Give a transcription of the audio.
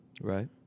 right